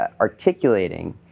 articulating